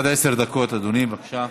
אדוני, בבקשה.